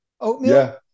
oatmeal